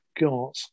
got